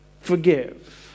forgive